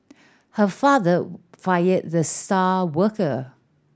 her father fired the star worker